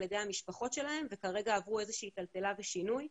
ידי המשפחות שלהם וכרגע עברו איזושהי טלטלה ושינוי.